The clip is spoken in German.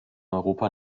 europa